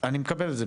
אני מקבל את זה,